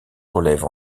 relève